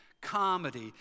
comedy